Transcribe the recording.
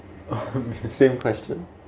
same question